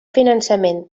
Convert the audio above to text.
finançament